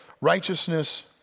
righteousness